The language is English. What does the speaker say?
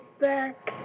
back